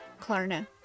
Klarna